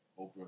Oprah